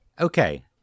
okay